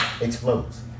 Explodes